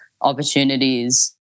opportunities